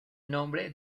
nombre